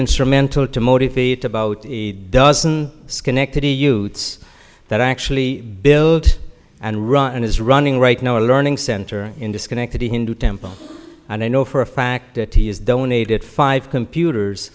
instrumental to motivate about a dozen schenectady youths that actually build and run and is running right now a learning center in disconnected a hindu temple and i know for a fact that he has donated five computers